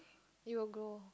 it will grow